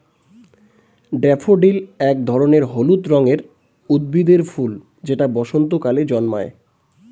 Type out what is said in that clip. daffodil এক ধরনের হলুদ রঙের উদ্ভিদের ফুল যেটা বসন্তকালে জন্মায়